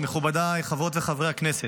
מכובדיי, חברות וחברי הכנסת,